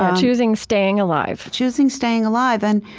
ah choosing staying alive choosing staying alive. and,